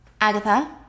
Agatha